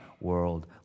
world